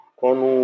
quando